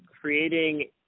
creating –